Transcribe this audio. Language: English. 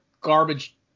garbage